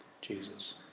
Jesus